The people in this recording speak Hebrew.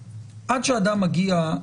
--- שנייה.